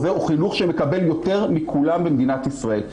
הוא חינוך שמקבל יותר מכולם במדינת ישראל.